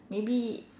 maybe